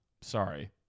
Sorry